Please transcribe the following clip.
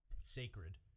sacred